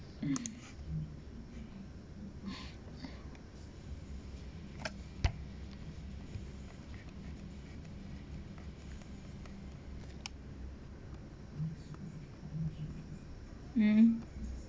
mm